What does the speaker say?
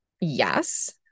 Yes